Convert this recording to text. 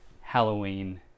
halloween